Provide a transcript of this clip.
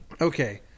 Okay